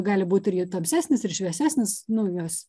gali būt ir tamsesnis ir šviesesnis nu jos